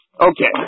okay